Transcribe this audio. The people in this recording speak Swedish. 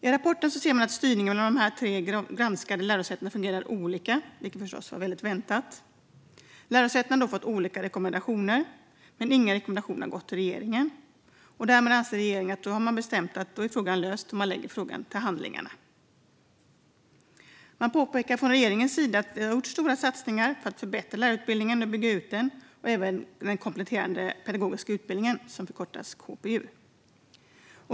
I rapporten säger man att styrningen mellan de tre granskade lärosätena fungerar olika, vilket förstås var väldigt väntat. Lärosätena har fått olika rekommendationer, men ingen rekommendation har gått till regeringen. Därmed har regeringen bestämt att frågan är löst och har lagt den till handlingarna. Man påpekar från regeringens sida att det har gjorts stora satsningar för att förbättra lärarutbildningen och bygga ut den och även den kompletterande pedagogiska utbildningen, som förkortas KPU.